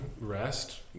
rest